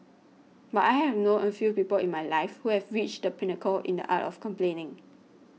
but I have known a few people in my life who have reached the pinnacle in the art of complaining